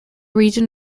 region